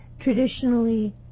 traditionally